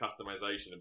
customization